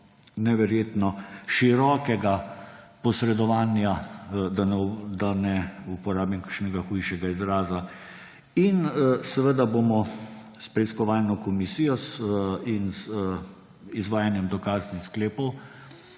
neverjetno širokega posredovanja, da ne uporabim kakšnega hujšega izraza. In seveda bomo s preiskovalno komisijo in z izvajanjem dokaznih sklepov